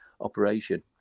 operation